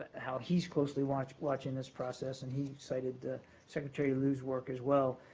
how he's closely watching watching this process, and he cited secretary lew's work as well.